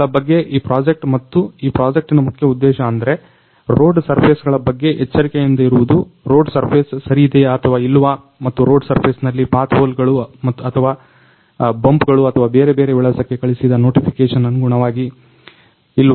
ಇವುಗಳ ಬಗ್ಗೆ ಈ ಪ್ರಾಜೆಕ್ಟ್ ಮತ್ತು ಈ ಪ್ರಾಜೆಕ್ಟಿನ ಮುಖ್ಯ ಉದ್ದೇಶ ಅಂದ್ರೆ ರೋಡ್ ಸರ್ಫೆಸ್ಗಳ ಬಗ್ಗೆ ಎಚ್ಚರಿಕೆಯಿಂದಿರುವುದು ರೋಡ್ ಸರ್ಫೆಸ್ ಸರಿಯಿದೆಯಾ ಅಥವಾ ಇಲ್ವಾ ಮತ್ತು ರೋಡ್ ಸರ್ಫೆಸ್ನಲ್ಲಿ ಪಾತ್ಹೊಲ್ಗಳು ಅಥವಾ ಬಂಪ್ಗಳು ಅಥವಾ ಬೇರೆ ಬೇರೆ ವಿಳಾಸಕ್ಕೆ ಕಳಿಸಿದ ನೊಟಿಫಿಕೆಷನ್ ಅನುಗುಣವಾಗಿ ಇಲ್ವಾ